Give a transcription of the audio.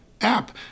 app